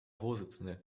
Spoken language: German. vorsitzende